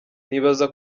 nibaza